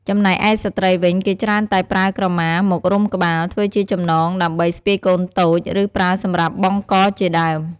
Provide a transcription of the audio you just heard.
ចំណែកឯស្ត្រីវិញ គេច្រើនតែប្រើក្រមាមករុំក្បាល ធ្វើជាចំណងដើម្បីស្ពាយកូនតូច ឬ ប្រើសម្រាប់បង់កជាដើម។